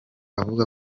avuga